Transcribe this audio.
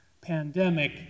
pandemic